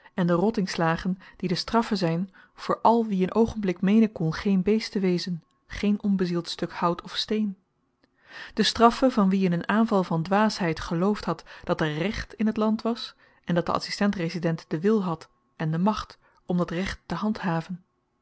en de rottingslagen die de straffe zyn voor al wie een oogenblik meenen kon geen beest te wezen geen onbezield stuk hout of steen de straffe van wie in een aanval van dwaasheid geloofd had dat er recht in t land was en dat de adsistent resident den wil had en de macht om dat recht te handhaven